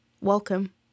welcome